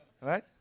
right